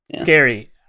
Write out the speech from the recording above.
scary